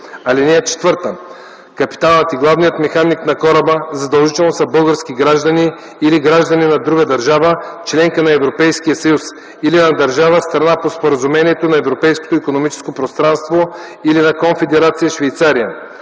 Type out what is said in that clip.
кораба език. (4) Капитанът и главният механик на кораба задължително са български граждани или граждани на друга държава – членка на Европейския съюз, или на държава – страна по Споразумението за Европейското икономическо пространство, или на Конфедерация Швейцария.